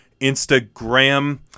Instagram